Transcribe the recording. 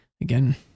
again